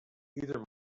either